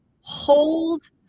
hold